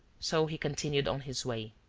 so he continued on his way.